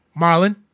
Marlon